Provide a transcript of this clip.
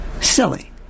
Silly